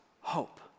hope